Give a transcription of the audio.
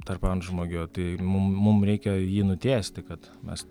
tarp antžmogio tai mum mum reikia jį nutiesti kad mes